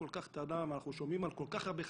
שלום,